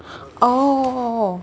oh